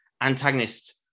antagonist